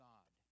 God